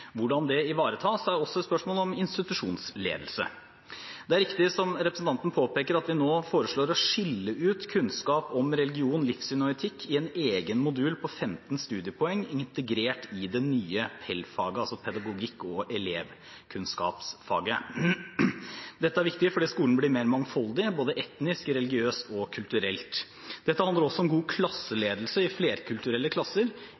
Hvordan det ivaretas, er også et spørsmål om institusjonsledelse. Det er riktig som representanten påpeker, at vi nå foreslår å skille ut kunnskap om religion, livssyn og etikk i en egen modul på 15 studiepoeng integrert i det nye PEL-faget, altså pedagogikk- og elevkunnskapsfaget. Dette er viktig fordi skolen blir mer mangfoldig, både etnisk, religiøst og kulturelt. Dette handler også om god klasseledelse i flerkulturelle klasser,